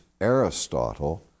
Aristotle